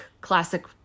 classic